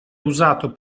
usato